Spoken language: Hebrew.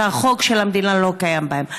שהחוק של המדינה לא קיים בהן.